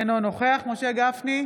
אינו נוכח משה גפני,